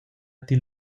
dil